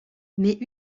mais